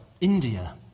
India